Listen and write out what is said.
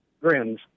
grins